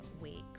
weeks